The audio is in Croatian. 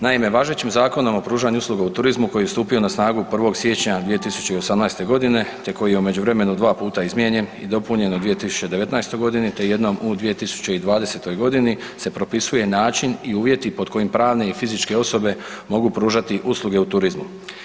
Naime, važećim Zakonom o pružanju usluga u turizmu koji je stupio na snagu 1. siječnja 2018. g. te koji je u međuvremenu dva puta izmijenjen i dopunjen u 2019. g. te jednom u 2020. g. se propisuje način i uvjeti pod kojim pravne i fizičke osobe mogu pružati usluge u turizmu.